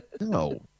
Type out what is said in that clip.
No